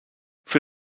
für